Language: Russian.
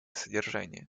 содержание